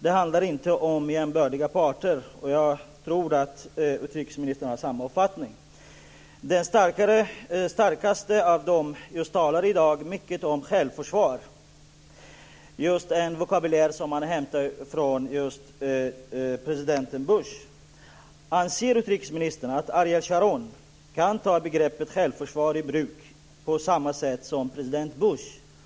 Det handlar inte om jämbördiga parter, och jag tror att utrikesministern har samma uppfattning. Den starkaste av dem talar i dag mycket om självförsvar, en vokabulär som man hämtar från president Bush. Anser utrikesministern att Ariel Sharon kan ta begreppet självförsvar i bruk på samma sätt som president Bush?